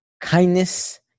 Kindness